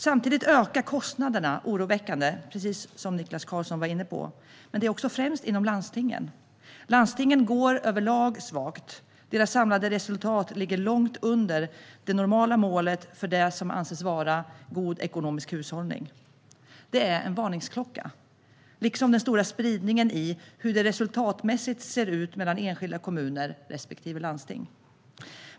Samtidigt ökar kostnaderna oroväckande, främst inom landstingen. Landstingen går överlag svagt. Deras samlade resultat ligger långt under det normala målet för vad som anses vara god ekonomisk hushållning. Det är en varningsklocka, liksom den stora spridningen i hur det resultatmässigt ser ut mellan enskilda kommuner respektive landsting.